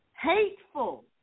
hateful